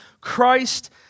Christ